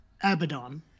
Abaddon